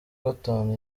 gatanu